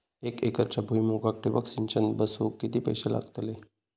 एक एकरच्या भुईमुगाक ठिबक सिंचन बसवूक किती पैशे लागतले?